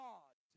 God